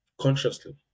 consciously